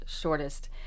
shortest